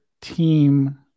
team